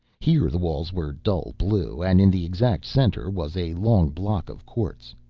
here the walls were dull blue and in the exact center was a long block of quartz.